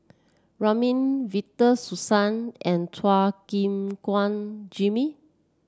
Ramli Victor Sassoon and Chua Gim Guan Jimmy